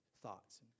thoughts